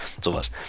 sowas